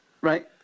Right